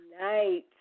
night